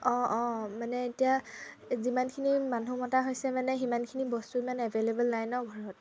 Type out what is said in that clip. অঁ অঁ মানে এতিয়া যিমানখিনি মানুহ মতা হৈছে মানে সিমানখিনি বস্তু ইমান এভেইলেবল নাই ন ঘৰত